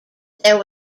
there